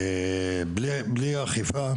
בלי אכיפה,